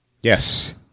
Yes